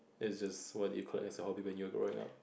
it's just what you collect as a hobby when you were growing up